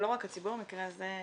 ולא רק הציבור במקרה הזה,